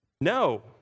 No